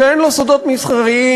שאין לו סודות מסחריים,